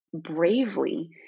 bravely